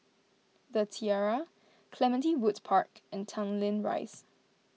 the Tiara Clementi Woods Park and Tanglin Rise